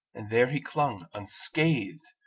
and there he clung, unscathed,